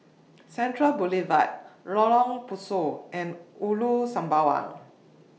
Central Boulevard Lorong Pasu and Ulu Sembawang